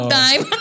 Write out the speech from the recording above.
time